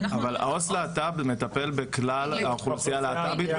אבל העו"ס להט"ב מטפל בכלל האוכלוסייה הלהט"בית.